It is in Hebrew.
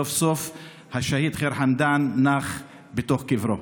סוף-סוף השהיד ח'יר חמדאן נח בתוך קברו.